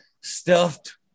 stuffed